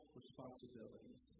responsibilities